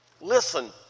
Listen